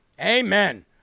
Amen